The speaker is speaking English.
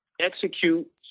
execute